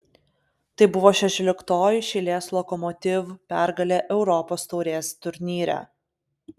tai buvo šešioliktoji iš eilės lokomotiv pergalė europos taurės turnyre